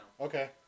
Okay